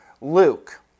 Luke